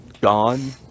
gone